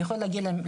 לחברות הגז,